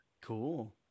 Cool